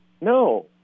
No